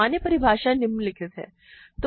सामान्य परिभाषाएँ निम्नलिखित हैं